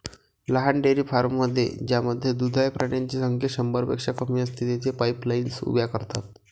लहान डेअरी फार्ममध्ये ज्यामध्ये दुधाळ प्राण्यांची संख्या शंभरपेक्षा कमी असते, तेथे पाईपलाईन्स उभ्या करतात